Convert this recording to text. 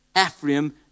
Ephraim